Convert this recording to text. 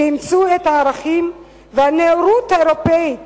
שאימצו את הערכים והנאורות האירופאית